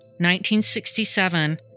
1967